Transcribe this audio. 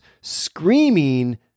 screaming